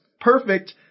perfect